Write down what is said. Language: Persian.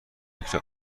فکر